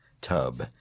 tub